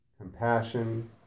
compassion